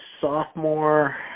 sophomore